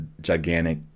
gigantic